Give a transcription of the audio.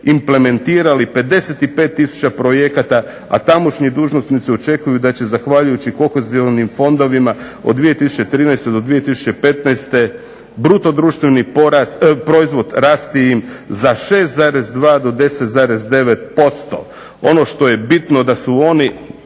implementirali 55 tisuća projekata a tamošnji dužnosnici očekuju da će zahvaljujući kohezivnim fondovima od 2013. do 2015. bruto društveni proizvod rasti im od 6,2 do 10,9%. Ono što je bitno da su oni,